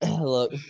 look